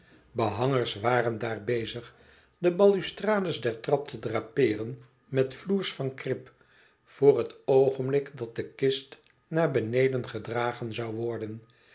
behangers waren daar bezig de balustrades der trap te drapeeren met floers van krip voor het oogenblik dat de kist naar beneden gedragen zoû worden